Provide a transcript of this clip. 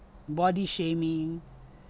body shaming